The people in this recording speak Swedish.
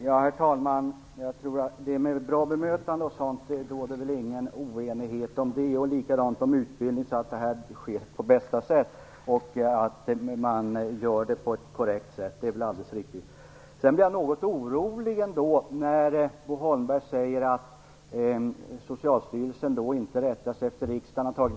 Herr talman! När det gäller bra bemötande råder det väl ingen oenighet, likadant är det när det gäller utbildning. Det är väl alldeles riktigt som Bo Holmberg säger att detta skall göras på ett korrekt sätt. Jag blir ändå något orolig när Bo Holmberg säger att Socialstyrelsen inte rättar sig efter de beslut som riksdagen har fattat.